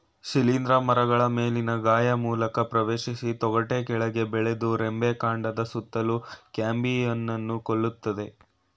ಶಿಲೀಂಧ್ರ ಮರಗಳ ಮೇಲಿನ ಗಾಯ ಮೂಲಕ ಪ್ರವೇಶಿಸಿ ತೊಗಟೆ ಕೆಳಗೆ ಬೆಳೆದು ರೆಂಬೆ ಕಾಂಡದ ಸುತ್ತಲೂ ಕ್ಯಾಂಬಿಯಂನ್ನು ಕೊಲ್ತದೆ